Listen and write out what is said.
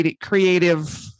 creative